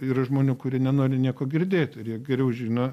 yra žmonių kurie nenori nieko girdėti ir jie geriau žino